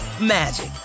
magic